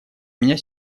меня